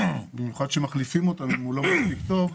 אם הוא לא מספיק טוב,